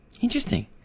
Interesting